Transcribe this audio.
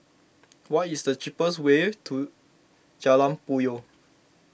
what is the cheapest way to Jalan Puyoh